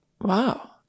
wow